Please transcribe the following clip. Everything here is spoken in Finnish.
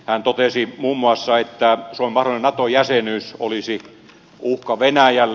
hän totesi muun muassa että suomen mahdollinen nato jäsenyys olisi uhka venäjälle